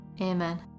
amen